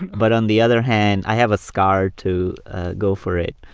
but on the other hand, i have a scar to go for it.